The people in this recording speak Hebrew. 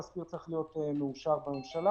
התזכיר צריך להיות מאושר בממשלה,